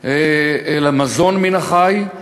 מזון מן החי.